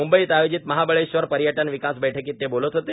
मृंबईत आयोजित महाबळेश्वर पर्यटन विकास बैठकीत ते बोलत होते